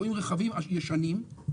רואים רכבים ישנים,